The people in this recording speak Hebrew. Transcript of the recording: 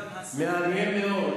מעניין מאוד,